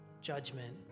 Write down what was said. judgment